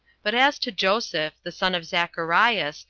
but as to joseph, the son of zacharias,